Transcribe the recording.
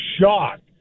shocked